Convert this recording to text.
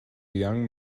young